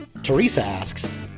theresa asks,